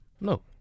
No